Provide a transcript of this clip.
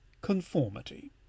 Conformity